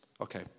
Okay